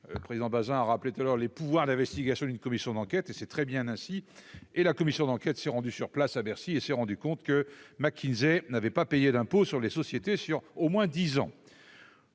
le président Bazin a rappelé tout heure les pouvoirs d'investigation, d'une commission d'enquête et c'est très bien ainsi, et la commission d'enquête s'est rendu sur place à Bercy et s'est rendu compte que McKinsey n'avait pas payé d'impôt sur les sociétés sur au moins 10 ans